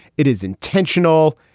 it is intentional.